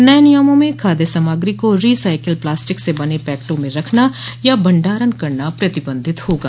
नए नियमों में खाद्य सामग्री को री साइकिल प्लास्टिक से बने पैकेटों में रखना या भंडारण करना प्रतिबंधित होगा